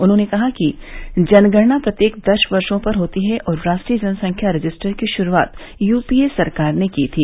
उन्होंने कहा कि जनगणना प्रत्येक दस वर्षो पर होती है और राष्ट्रीय जनसंख्या रजिस्टर की शुरूआत यूपीए सरकार ने की थी